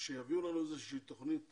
שיבינו לנו תוכנית